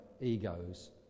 egos